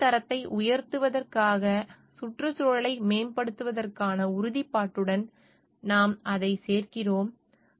வாழ்க்கைத் தரத்தை உயர்த்துவதற்காக சுற்றுச்சூழலை மேம்படுத்துவதற்கான உறுதிப்பாட்டுடன் நாம் அதைச் சேர்க்கிறோம்